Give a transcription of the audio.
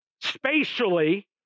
spatially